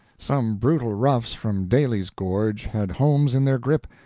some brutal roughs from daly's gorge had holmes in their grip,